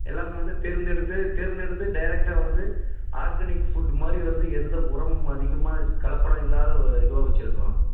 எல்லாமே வந்து தேர்ந்தெடுத்து தேர்ந்தெடுத்து டைரெக்ட்டா வந்து ஆர்கானிக் ஃபுட்டு மாதிரி வந்து எந்த உரமும் அதிகமாக கலப்படம் இல்லாத இதுவாக வைச்சிருக்கோம்